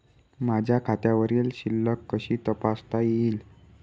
माझ्या खात्यावरील शिल्लक कशी तपासता येईल?